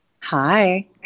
Hi